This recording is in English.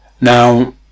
now